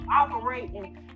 operating